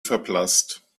verblasst